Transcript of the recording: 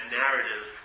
narrative